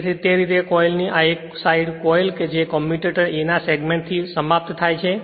તેથી તે રીતે કોઇલની આ એક સાઈડ કોઇલ એક કે જે કમ્યુટેટર a ના સેગમેન્ટ સાથે સમાપ્ત થાય છે